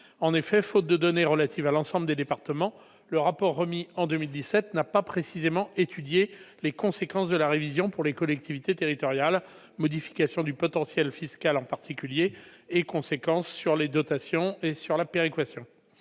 Faute de données relatives à l'ensemble des départements, le rapport remis en 2017 n'a pas précisément étudié les conséquences de la révision pour les collectivités territoriales : modification du potentiel fiscal, en particulier, et conséquences sur les dotations et la péréquation.